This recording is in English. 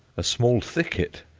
a small thicket,